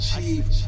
achieve